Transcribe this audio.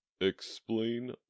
explain